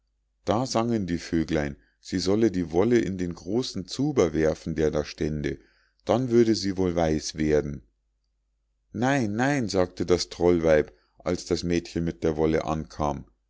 da sangen die vöglein sie solle die wolle in den großen zuber werfen der da stände dann würde sie wohl weiß werden nein nein sagte das trollweib als das mädchen mit der wolle ankam